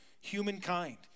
humankind